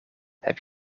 heb